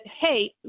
hey